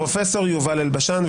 פרופ' יובל אלבשן,